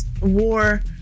war